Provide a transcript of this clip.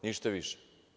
Ništa više.